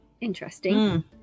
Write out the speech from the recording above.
Interesting